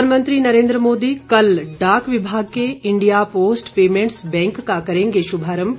प्रधानमंत्री नरेन्द्र मोदी कल डाक विभाग के इंडिया पोस्ट पैंमेंटस बैंक का करेंगे शुभारम्म